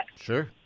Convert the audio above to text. Sure